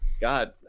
god